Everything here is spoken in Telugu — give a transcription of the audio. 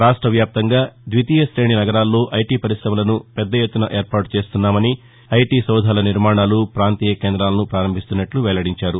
రాష్ట్ల వ్యాప్తంగా ద్వితీయ శ్రేణి నగరాల్లో ఐటీ పరిశమలను పెద్దఎత్తున ఏర్పాటు చేస్తున్నామని ఐటీ సౌధాల నిర్మాణాలు పొంతీయ కేందాలను పారంభిస్తున్నట్లు వెల్లడించారు